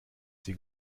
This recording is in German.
sie